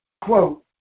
quote